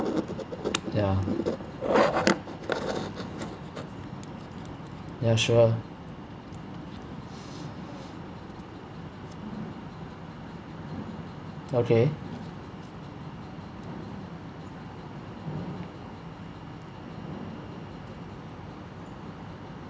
ya ya sure okay